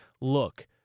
look –